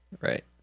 right